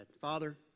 Father